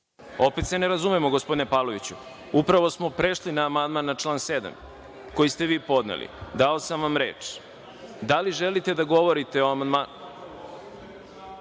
Opet se ne razumemo gospodine Pavloviću. Upravo smo prešli na amandman na član 7. koji ste vi podneli. Dao sam vam reč. Da li želite da govorite o